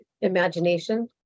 imagination